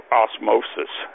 osmosis